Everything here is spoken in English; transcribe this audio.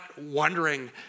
wondering